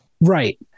Right